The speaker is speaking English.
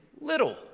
little